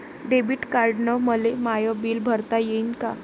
Debit कार्डानं मले my bill भरता येईन का?